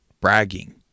bragging